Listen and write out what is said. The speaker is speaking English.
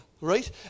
right